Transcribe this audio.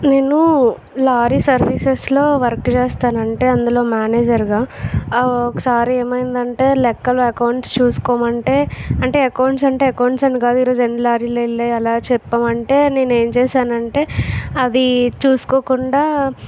నేను lorry services లో work చేస్తాను అంటే అందులో మేనేజర్ గా ఒకసారి ఏమైందంటే లెక్కల అకౌంట్ చూసుకోమంటే అంటే అకౌంట్స్ అంటే అకౌంట్స్ అని కాదు ఈ రోజు ఎన్ని లారీలు వెళ్ళాయి అలా చెప్పమంటే నేనేం చేశానంటే అది చూసుకోకుండా